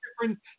different